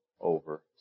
over